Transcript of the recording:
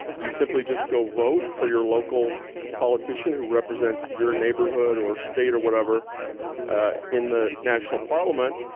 you simply just go vote for your local politician who represents your neighborhood or state or whatever in the national parliament,